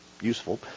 useful